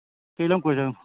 ꯀꯔꯤ ꯂꯝ ꯀꯣꯏꯔꯨꯁꯦ ꯍꯥꯏꯅꯣ